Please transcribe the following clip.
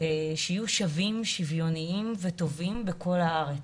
שווים ושוויוניים וטובים בכל הארץ.